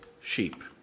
sheep